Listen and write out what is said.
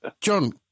john